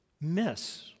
miss